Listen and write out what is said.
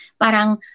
parang